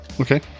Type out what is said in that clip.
Okay